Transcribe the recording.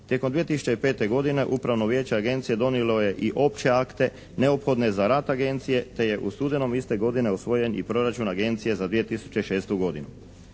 Tijekom 2005. godine Upravno vijeće Agencije donijelo je i opće akte neophodne za rad Agencije te je u studenom iste godine usvojen i proračun Agencije za 2006. godinu.